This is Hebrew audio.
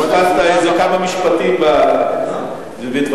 פספסת כמה משפטים בדברי.